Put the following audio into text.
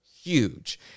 huge